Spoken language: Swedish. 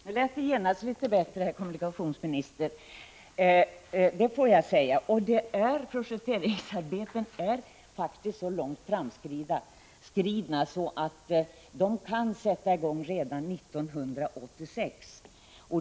Herr talman! Det lät genast litet bättre, herr kommunikationsminister. Projekteringsarbetena är faktiskt så långt framskridna att bygget kan sättas i gång redan 1986.